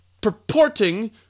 purporting